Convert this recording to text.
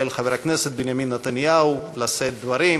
חבר הכנסת בנימין נתניהו לשאת דברים.